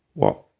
well,